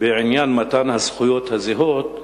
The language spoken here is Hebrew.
בעניין מתן הזכויות הזהות,